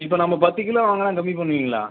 இப்போ நம்ம பத்து கிலோ வாங்கினா கம்மி பண்ணுவீங்களா